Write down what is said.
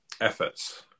efforts